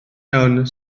iawn